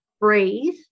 breathe